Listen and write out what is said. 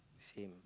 same